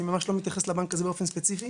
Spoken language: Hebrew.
אני לממש לא מתייחס לבנק הזה באופן ספציפי.